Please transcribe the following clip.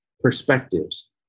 perspectives